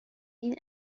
این